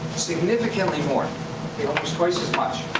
significantly more. almost twice as much.